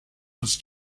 was